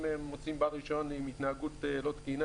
אם מוצאים בעל רישיון עם התנהגות לא תקינה,